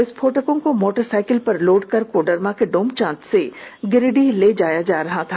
विस्फोटकों को मोटरसाइकिल पर लोड कर कोडरमा के डोमचांच से गिरिडीह ले जाया जा रहा था